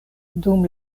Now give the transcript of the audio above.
dum